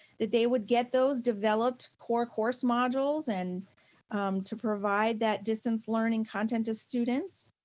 that they would get those developed core course modules and to provide that distance learning content to students.